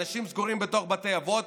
אנשים סגורים בתוך בתי אבות.